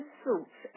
suits